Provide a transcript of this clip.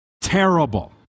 terrible